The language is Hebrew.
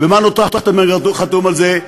ומנו טרכטנברג חתום על זה,